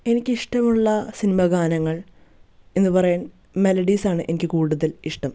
എനിക്കിഷ്ടമുള്ള സിനിമ ഗാനങ്ങൾ എന്നുപറയാൻ മേലഡീസ് ആണ് എനിക്ക് കൂടുതൽ ഇഷ്ടം